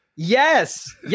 Yes